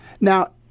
Now